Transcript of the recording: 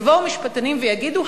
ויגידו,